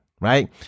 Right